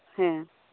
ᱦᱮᱸ